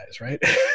right